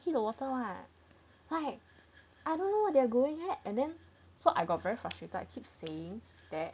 see the water [what] right I don't know what they're going at and then so I got very frustrated I keep saying that